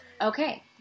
okay